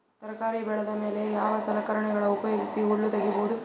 ತರಕಾರಿ ಬೆಳದ ಮೇಲೆ ಯಾವ ಸಲಕರಣೆಗಳ ಉಪಯೋಗಿಸಿ ಹುಲ್ಲ ತಗಿಬಹುದು?